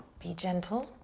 be gentle.